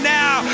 now